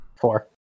Four